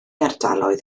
ardaloedd